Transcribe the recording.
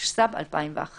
התשס"ב-2001 ;